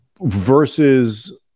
versus